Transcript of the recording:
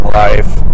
life